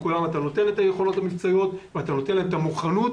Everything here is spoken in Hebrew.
לכולם אתה נותן את היכולות המבצעיות ואתה נותן להם את המוכנות